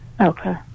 Okay